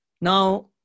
Now